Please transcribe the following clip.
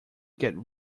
get